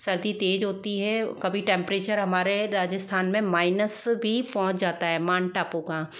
सर्दी तेज़ होती है कभी टेम्परेचर हमारे राजस्थान में माइनस भी पहुँच जाता है मान टापू का